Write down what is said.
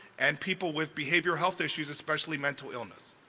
and people with behavior health issues, especially mental illness.